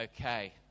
Okay